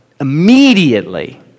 immediately